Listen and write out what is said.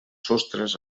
sostres